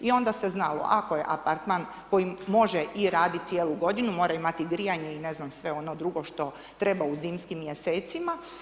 I onda se znalo ako je apartman koji može i radi cijelu mora imati grijanje i ne znam sve ono drugo što treba u zimskim mjesecima.